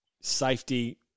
safety